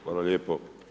Hvala lijepo.